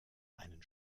einen